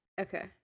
Okay